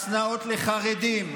השנאות לחרדים,